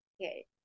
Okay